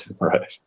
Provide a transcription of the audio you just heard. Right